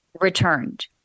returned